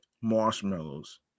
marshmallows